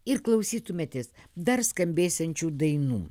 ir klausytumėtės dar skambėsiančių dainų